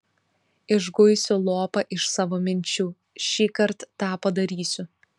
išguisiu lopą iš savo minčių šįkart tą padarysiu